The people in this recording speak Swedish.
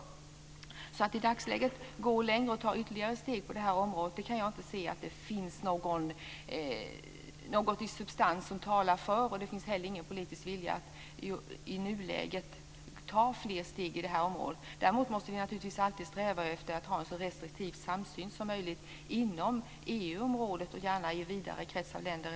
Jag kan därför i dagsläget inte se att det finns någon substans som talar för att man ska gå längre och ta ytterligare steg på detta område. Det finns inte heller någon politisk vilja i nuläget att ta fler steg på detta område. Däremot måste vi naturligtvis alltid sträva efter att ha en så restriktiv samsyn som möjligt inom EU-området och gärna i en vidare krets av länder.